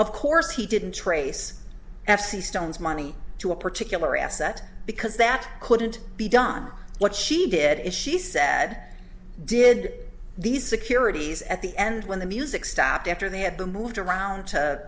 of course he didn't trace f c stone's money to a particular asset because that couldn't be done what she did is she said did these securities at the end when the music stopped after they had been moved around to